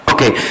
Okay